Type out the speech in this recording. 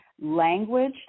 language